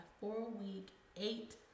four-week-eight